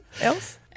else